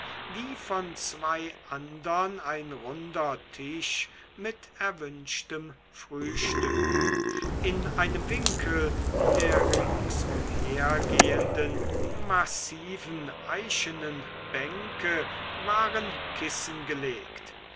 wie von zwei andern ein runder tisch mit erwünschtem frühstück in einem winkel der ringsumher gehenden massiven eichenen bänke waren kissen gelegt